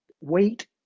weight